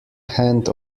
hand